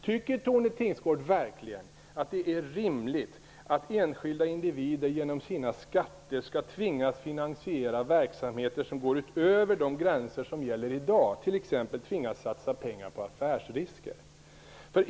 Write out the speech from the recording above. Tycker Tone Tingsgård verkligen att det är rimligt att enskilda individer genom sina skatter skall tvingas finansiera verksamheter som går utöver de gränser som gäller i dag, t.ex. tvingas satsa pengar på affärsrisker?